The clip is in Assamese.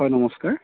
হয় নমস্কাৰ